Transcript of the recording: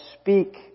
speak